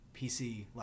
PC